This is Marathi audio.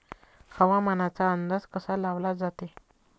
हवामानाचा अंदाज कसा लावला जाते?